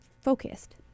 focused